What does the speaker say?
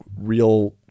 real